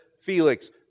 Felix